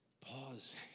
Pause